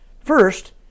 First